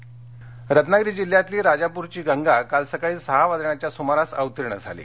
राजापरची गंगा रत्नागिरी जिल्ह्यातली राजापूरची गंगा काल सकाळी सहा वाजण्याघ्या सुमारास अवतीर्ण झाली